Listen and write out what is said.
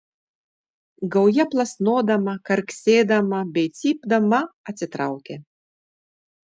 gauja plasnodama karksėdama bei cypdama atsitraukė